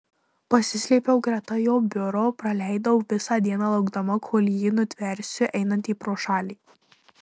pasislėpiau greta jo biuro praleidau visą dieną laukdama kol jį nutversiu einantį pro šalį